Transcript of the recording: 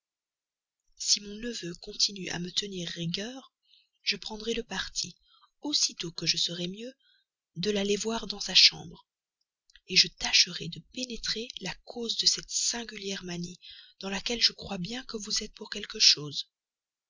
si mon neveu continue à me tenir rigueur je prendrai le parti aussitôt que je serai mieux de l'aller voir dans sa chambre je tâcherai de pénétrer la cause de cette singulière manie dans laquelle je crois bien que vous êtes pour quelque chose